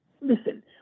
listen